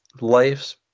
life's